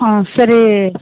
ಹಾಂ ಸರಿ